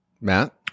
matt